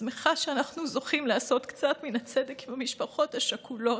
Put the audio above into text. ושמחה שאנחנו זוכים לעשות קצת מן הצדק עם המשפחות השכולות,